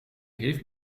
geeft